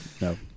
no